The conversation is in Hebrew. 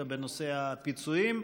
שאילתה בנושא הפיצויים,